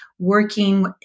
Working